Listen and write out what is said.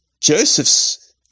Joseph's